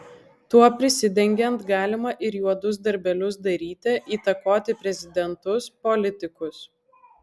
tuo prisidengiant galima ir juodus darbelius daryti įtakoti prezidentus politikus